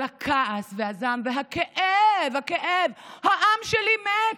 כל הכעס והזעם והכאב, הכאב, העם שלי מת,